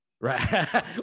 right